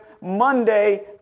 Monday